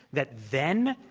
that then,